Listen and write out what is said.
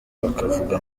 bakavuga